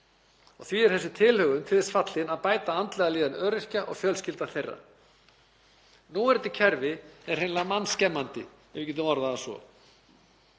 Því er þessi tilhögun til þess fallin að bæta andlega líðan öryrkja og fjölskyldna þeirra. Núverandi kerfi er hreinlega mannskemmandi, ef við getum orðað það svo,